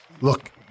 Look